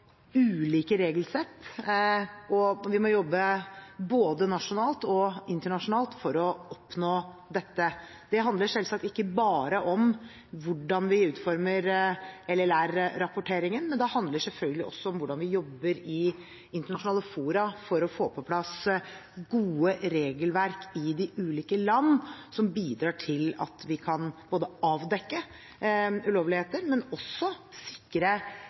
ulike regelsett og om at vi må jobbe både nasjonalt og internasjonalt for å oppnå dette. Det handler selvsagt ikke bare om hvordan vi utformer land-for-land-rapporteringen, men det handler selvfølgelig også om hvordan vi jobber i internasjonale fora for å få på plass gode regelverk i de ulike landene, som bidrar til at vi kan avdekke ulovligheter og også sikre